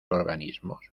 organismos